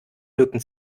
lücken